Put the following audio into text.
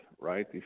right